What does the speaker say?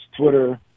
Twitter